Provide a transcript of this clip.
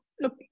look